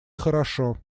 хорошо